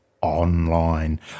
online